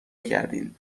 کردین